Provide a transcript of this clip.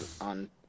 on